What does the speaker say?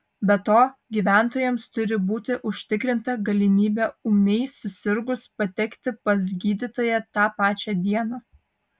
be to gyventojams turi būti užtikrinta galimybė ūmiai susirgus patekti pas gydytoją tą pačią dieną